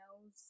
knows